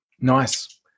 Nice